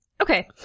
Okay